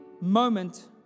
moment